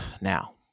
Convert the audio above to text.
Now